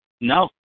No